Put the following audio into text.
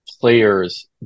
players